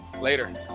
Later